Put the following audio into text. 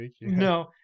No